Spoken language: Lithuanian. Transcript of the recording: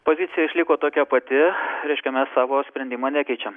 pozicija išliko tokia pati reiškia mes savo sprendimą nekeičiam